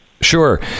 Sure